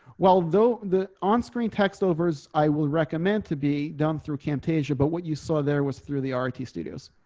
well, though the on screen text overs. i will recommend to be done through camp asia. but what you saw there was through the ah rt studios.